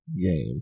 game